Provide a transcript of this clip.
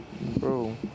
Bro